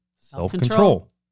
self-control